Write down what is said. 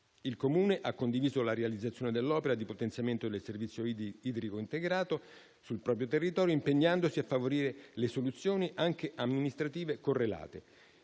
Il Comune ha condiviso la realizzazione dell'opera di potenziamento del servizio idrico integrato sul proprio territorio, impegnandosi a favorire le soluzioni anche amministrative correlate.